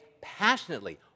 passionately